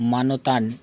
ᱢᱟᱱᱚᱛᱟᱱ